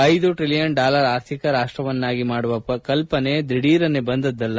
ಐದು trillion dollar ಆರ್ಥಿಕ ರಾಷ್ಲವನ್ನಾಗಿ ಮಾಡುವ ಕಲ್ಪನೆ ದಿಢೀರನೆ ಬಂದಿದ್ದಲ್ಲ